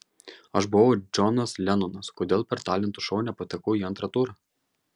aš buvau džonas lenonas kodėl per talentų šou nepatekau į antrą turą